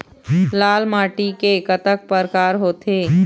लाल माटी के कतक परकार होथे?